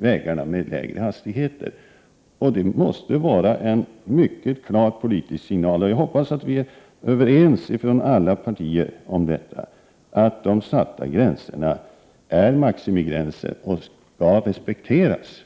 vägar med lägre hastigheter. Detta måste vara en mycket klar politisk signal. Jag hoppas att företrädare för alla partier är överens om att de satta gränserna är maximigränser och skall respekteras.